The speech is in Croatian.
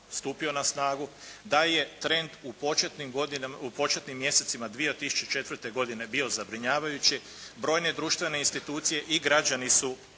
stupio na snagu da je trend u početnim mjesecima 2004. godine bio zabrinjavajući, brojne društvene institucije i građani su